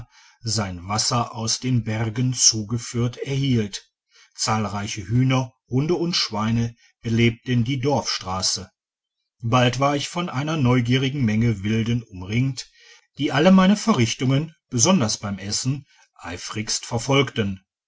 sein wasser aus den bergen zugeführt erhielt zahlreiche hühner hunde und schweine belebten die dorfstrasse bald war ich von einer neugierigen menge wilden umringt die alle meine verrichtungen besonders beim essen eifrigst verfolgten